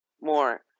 more